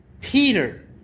Peter